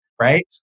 right